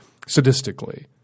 sadistically